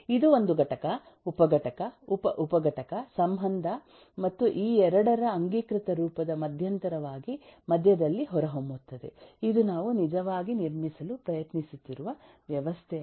ಅದು ಒಂದು ಘಟಕ ಉಪ ಘಟಕ ಉಪ ಉಪ ಘಟಕ ಸಂಬಂಧ ಮತ್ತು ಈ 2 ರ ಅಂಗೀಕೃತ ರೂಪದ ಮಧ್ಯಂತರವಾಗಿ ಮಧ್ಯದಲ್ಲಿ ಹೊರಹೊಮ್ಮುತ್ತದೆ ಇದು ನಾವು ನಿಜವಾಗಿ ನಿರ್ಮಿಸಲು ಪ್ರಯತ್ನಿಸುತ್ತಿರುವ ವ್ಯವಸ್ಥೆಯಾಗಿದೆ